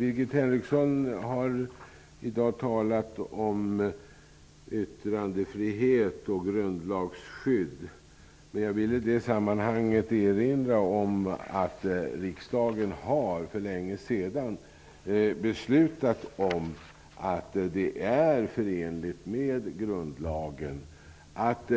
Birgit Henriksson har i dag talat om yttrandefrihet och grundlagsskydd. I det sammanhanget vill jag erinra om att riksdagen för länge sedan har beslutat om att det är förenligt med grundlagen att